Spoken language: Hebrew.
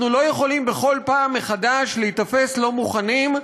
אנחנו לא יכולים בכל פעם מחדש להיתפס לא מוכנים,